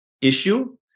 issue